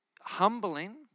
humbling